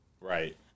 Right